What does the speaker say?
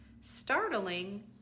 Startling